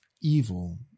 evil